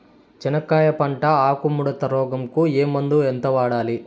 చెనక్కాయ పంట లో ఆకు ముడత రోగం కు ఏ మందు ఎంత వాడాలి?